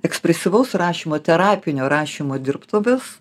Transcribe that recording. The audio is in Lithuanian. ekspresyvaus rašymo terapinio rašymo dirbtuvės